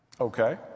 Okay